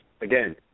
again